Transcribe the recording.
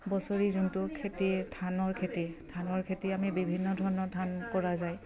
বছৰি যোনটো খেতি ধানৰ খেতি ধানৰ খেতি আমি বিভিন্ন ধৰণৰ ধান কৰা যায়